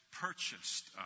purchased